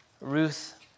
Ruth